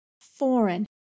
foreign